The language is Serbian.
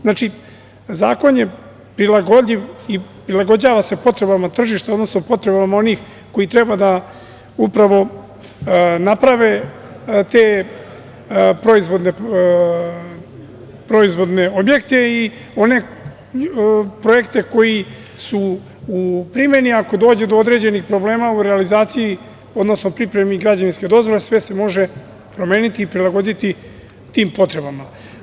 Znači, zakon je prilagodljiv i prilagođava se potrebama tržišta, odnosno potrebama onih koji treba upravo da naprave te proizvodne objekte i one projekte koji su u primeni, ako dođe do određenih problema u realizaciji, odnosno pripremi građevinske dozvole, sve se može promeniti i prilagoditi tim potrebama.